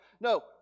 No